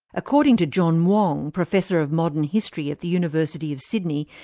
according to john wong, professor of modern history at the university of sydney,